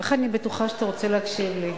איך אני בטוחה שאתה רוצה להקשיב לי.